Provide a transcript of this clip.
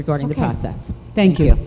regarding the concepts thank you